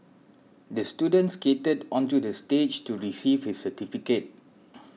the student skated onto the stage to receive his certificate